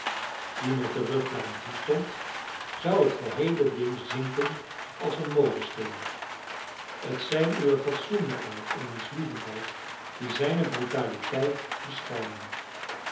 die met den rug naar hem toestond zou het geheele ding zinken als een molensteen het zijn uwe fatsoenlijkheid en menschlievendheid die zijne brutaliteit beschermen